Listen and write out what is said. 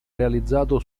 realizzato